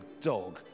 dog